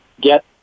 get